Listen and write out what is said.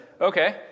okay